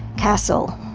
castle,